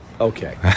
Okay